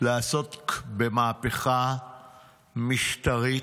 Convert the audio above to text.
לעסוק במהפכה משטרית,